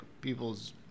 people's